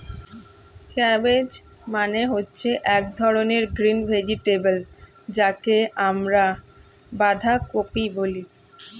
cabbage মানে হচ্ছে এক ধরনের গ্রিন ভেজিটেবল যাকে আমরা বাঁধাকপি বলি